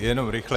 Jenom rychle.